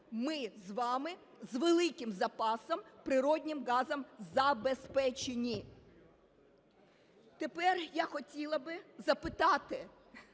ми з вами з великим запасом природним газом забезпечені. Тепер я хотіла би запитати: